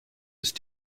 ist